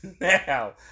now